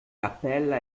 cappella